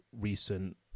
recent